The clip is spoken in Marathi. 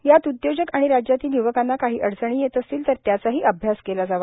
यात उद्योजक आणि राज्यातील य्वकांना काही अडचणी येत असतील तर त्याचाही अभ्यास केला जावा